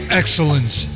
excellence